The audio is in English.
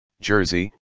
Jersey